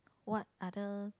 what other